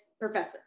professor